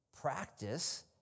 Practice